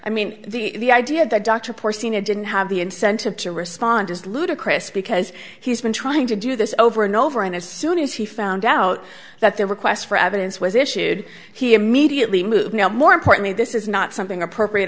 i mean the idea that dr porsena didn't have the incentive to respond is ludicrous because he's been trying to do this over and over and as soon as he found out that their request for evidence was issued he immediately moved more importantly this is not something appropriate